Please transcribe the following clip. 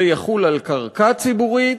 זה יחול על קרקע ציבורית,